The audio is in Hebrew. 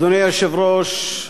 אדוני היושב-ראש,